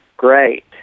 Great